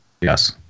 Yes